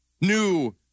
new